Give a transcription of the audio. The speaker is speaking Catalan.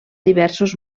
diversos